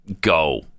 go